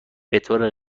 بطور